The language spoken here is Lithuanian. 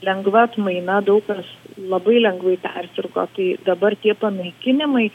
lengva atmaina daug kas labai lengvai persirgo tai dabar tie panaikinimai